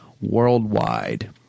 worldwide